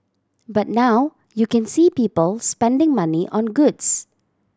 but now you can see people spending money on goods